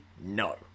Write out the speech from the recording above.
No